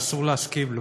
ואסור להסכים לו.